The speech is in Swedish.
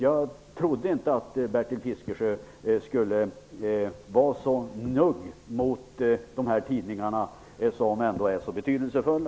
Jag trodde inte att Bertil Fiskesjö skulle vara så njugg mot dessa tidningar, som ändå är så betydelsefulla.